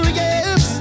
yes